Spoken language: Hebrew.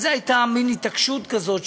על זה הייתה מין התעקשות כזאת,